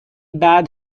bad